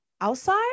outside